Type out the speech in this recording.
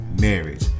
marriage